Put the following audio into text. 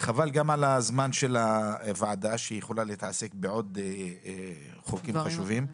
חבל גם על הזמן של הוועדה שיכולה להתעסק בחוקים חשובים.